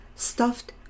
stuffed